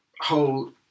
whole